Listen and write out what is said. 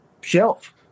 shelf